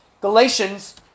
Galatians